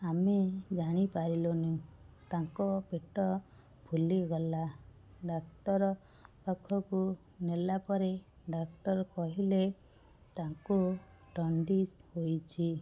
ଆମେ ଜାଣିପାରିଲୁନି ତାଙ୍କ ପେଟ ଫୁଲିଗଲା ଡକ୍ଟର ପାଖକୁ ନେଲା ପରେ ଡକ୍ଟର କହିଲେ ତାଙ୍କୁ ଜଣ୍ଡିସ୍ ହୋଇଛି